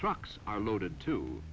trucks are loaded to